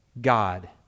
God